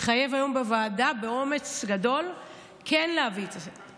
התחייב היום בוועדה באומץ גדול כן להביא את זה.